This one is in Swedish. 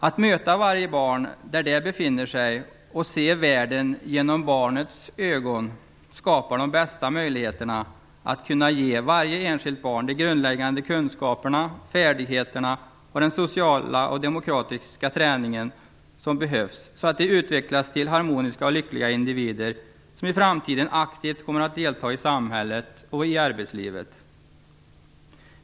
Att möta varje barn där det befinner sig och att se världen genom barnets ögon skapar de bästa möjligheterna att ge varje enskilt barn de grundläggande kunskaperna, färdigheterna och den sociala och demokratiska träning som behövs. Då utvecklas de till harmoniska och lyckliga individier som i framtiden aktivt kommer att delta i samhället och i arbetslivet.